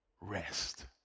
rest